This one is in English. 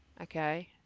okay